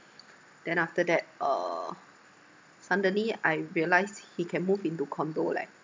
then after that uh suddenly I realised he can move into condo leh